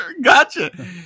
Gotcha